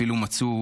אפילו מצאו